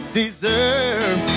deserve